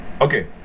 Okay